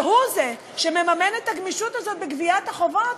והוא שמממן את הגמישות הזאת בגביית החובות,